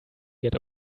get